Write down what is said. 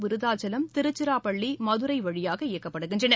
விருதாச்சலம் திருச்சிராப்பள்ளி மதுரை வழியாக இயக்கப்படுகின்றன